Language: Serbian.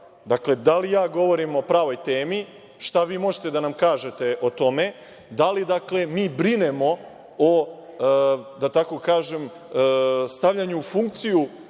da li ja govorim o pravoj temi? Šta vi možete da nam kažete o tome? Da li mi brinemo o, da tako kažem, stavljanju u funkciju